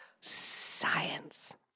science